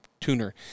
tuner